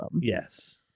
Yes